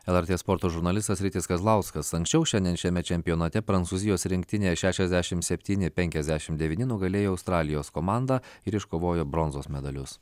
lrt sporto žurnalistas rytis kazlauskas anksčiau šiandien šiame čempionate prancūzijos rinktinė šešiasdešimt septyni penkiasdešimt devyni nugalėjo australijos komandą ir iškovojo bronzos medalius